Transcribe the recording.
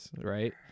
right